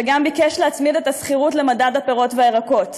וגם ביקש להצמיד את השכירות למדד הפירות והירקות.